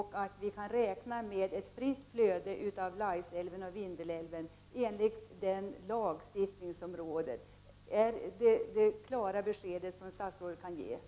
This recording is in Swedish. Kan vi räkna med fritt flöde i Laisälven och i Vindelälven enligt den lagstiftning som råder? Kan statsrådet ge ett sådant klart besked?